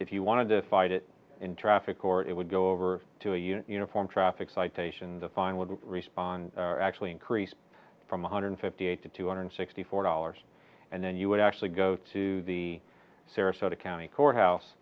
if you wanted to fight it in traffic court it would go over to your uniform traffic citation the fine would respond actually increased from one hundred fifty eight to two hundred sixty four dollars and then you would actually go to the sarasota county courthouse